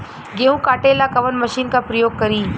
गेहूं काटे ला कवन मशीन का प्रयोग करी?